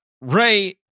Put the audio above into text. ray